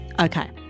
Okay